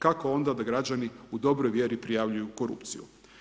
Kako onda da građani u dobroj vjeri prijavljuju korupciju?